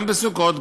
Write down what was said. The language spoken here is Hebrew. גם בסוכות,